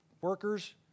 workers